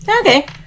Okay